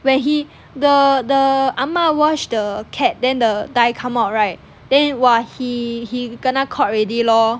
where he the the ah ma wash the cat then the dye come out right then !wah! he he kena caught already lor